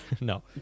No